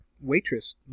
waitress